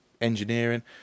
engineering